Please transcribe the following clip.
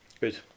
Good